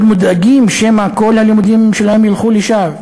מודאגים שמא כל הלימודים שלהם יהיו לשווא.